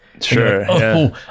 Sure